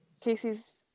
Casey's